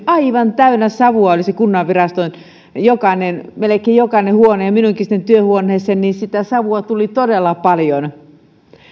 aivan täynnä savua kunnanviraston melkein jokainen huone ja minunkin työhuoneeseeni sitä savua tuli todella paljon